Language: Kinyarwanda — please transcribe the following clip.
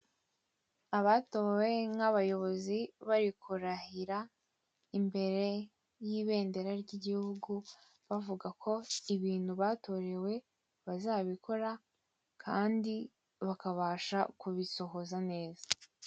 Abatowe nk'abayobozi bari kurahira imbere y'ibendera ry'igihugu bavuga ko ibintu batorewe bazabikora kandi bakabasha kubisohoza neza.